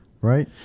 Right